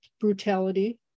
brutality